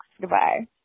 Goodbye